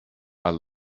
are